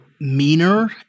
meaner